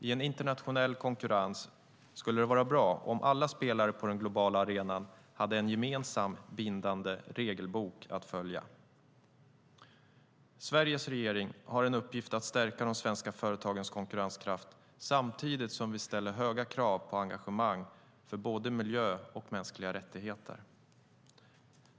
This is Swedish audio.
I en internationell konkurrens skulle det vara bra om alla spelare på den globala arenan hade en gemensam bindande regelbok att följa. Sveriges regering har en uppgift att stärka de svenska företagens konkurrenskraft samtidigt som vi ställer höga krav på engagemang för både miljö och mänskliga rättigheter.